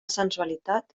sensualitat